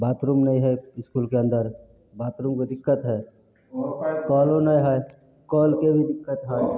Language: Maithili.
बाथरूम नहि हइ इसकुलके अन्दर बाथरूमके दिक्कत हइ कलो नहि हइ कलके भी दिक्कत हइ